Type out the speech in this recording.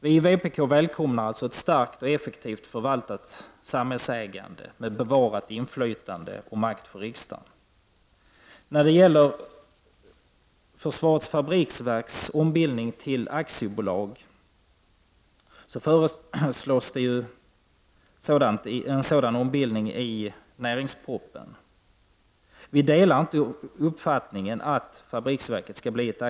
Vi i vpk välkomnar alltså ett starkt och effektivt förvaltat samhällsägande med bevarad makt och bevarat inflytande för riksdagen, I den näringspolitiska propositionen föreslås att försvarets fabriksverk skall ombildas till aktiebolag. Vi delar inte den uppfattningen.